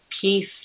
Peace